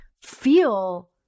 feel